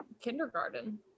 kindergarten